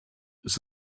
ist